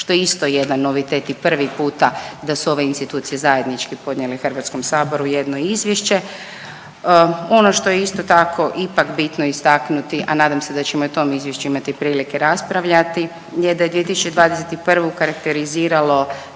što je isto jedan novitet i prvi puta da su ove institucije zajednički podnijele HS-u jedno izvješće. Ono što je isto tako, ipak bitno istaknuti, a nadam se da ćemo i o tom izvješću imati prilike raspravljati je da je 2021. karakteriziralo